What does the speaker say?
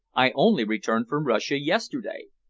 i only returned from russia yesterday.